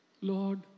Lord